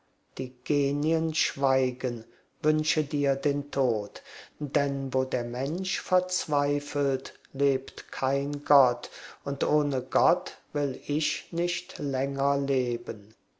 schweigen wünsche dir den tod denn wo der mensch verzweifelt lebt kein gott und ohne gott will ich nicht länger leben